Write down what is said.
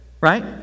Right